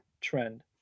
trend